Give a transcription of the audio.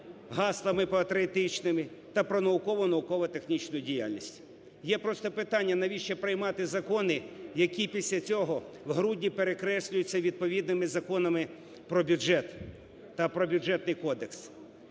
гаслами патріотичними, та "Про наукову та науково-технічну діяльність". Є просто питання, навіщо приймати закони, які після цього у грудні перекреслюються відповідними Законами про бюджет та про Бюджетний кодекс?